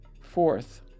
fourth